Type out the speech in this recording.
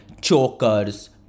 chokers